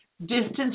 distance